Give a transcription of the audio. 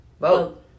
vote